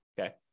Okay